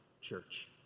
church